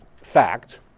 fact